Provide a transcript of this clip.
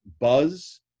buzz